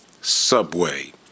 Subway